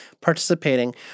participating